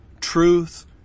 truth